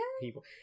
people